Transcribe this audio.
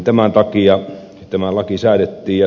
tämän takia tämä laki säädettiin